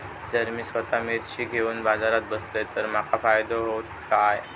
जर मी स्वतः मिर्ची घेवून बाजारात बसलय तर माका फायदो होयत काय?